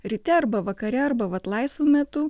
ryte arba vakare arba vat laisvu metu